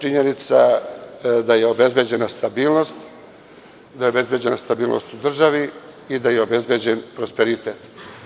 Činjenica je da je obezbeđena stabilnost, da je obezbeđena stabilnost u državi i da je obezbeđen prosperitet.